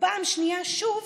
ופעם שנייה, שוב,